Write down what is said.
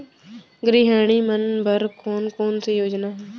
गृहिणी मन बर कोन कोन से योजना हे?